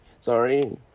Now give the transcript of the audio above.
Sorry